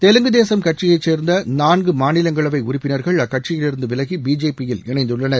தெலுங்கு தேசம் கட்சியை சேர்ந்த நான்கு மாநிலங்களவை உறுப்பினர்கள் அக்கட்சியிலிருந்து விலகி பிஜேபி கட்சியில் இணைந்துள்ளனர்